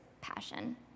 passion